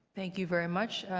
thank you very much.